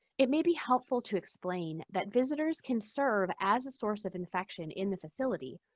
it may be helpful to explain that visitors can serve as a source of infection in the facility